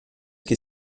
que